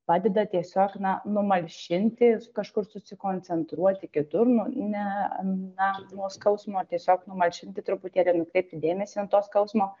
padeda tiesiog na numalšinti kažkur susikoncentruoti kitur nu ne na nuo skausmo tiesiog numalšinti truputėlį nukreipti dėmesį nuo to skausmo